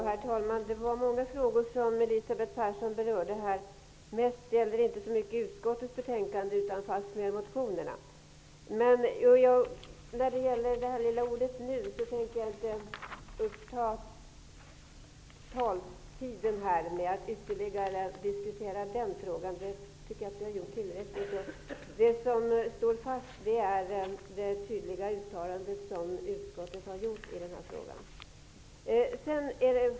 Herr talman! Elisabeth Persson berörde många frågor. Det mesta handlade inte så mycket om utskottets betänkande utan fastmer om motionerna. När det gäller det lilla ordet ''nu'' tänker jag inte uppta taletiden med att ytterligare diskutera det. Jag tycker att vi diskuterat det tillräckligt. Vi står fast vid det tydliga uttalande som utskottet har gjort i denna fråga.